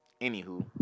anywho